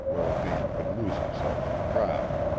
where a man could lose himself in the crowd.